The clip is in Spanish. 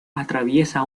atraviesa